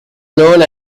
known